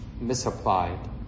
misapplied